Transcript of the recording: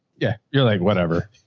yeah. you're like, whatever